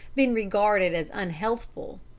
been regarded as unhealthful.